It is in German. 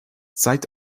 zeigt